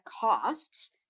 costs